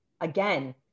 again